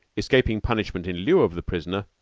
escaping punishment in lieu of the prisoner,